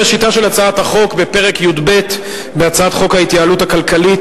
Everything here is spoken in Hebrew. ראשיתה של הצעת החוק בפרק י"ב בהצעת חוק ההתייעלות הכלכלית